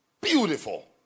Beautiful